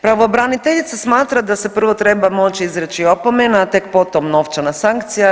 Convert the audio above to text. Pravobraniteljica smatra da se prvo treba moći izreći opomena, a tek potom novčana sankcija.